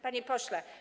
Panie Pośle!